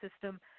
system